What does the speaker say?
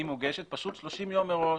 היא מוגשת 30 ימים מראש